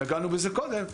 נגענו בזה קודם.